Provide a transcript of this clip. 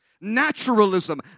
Naturalism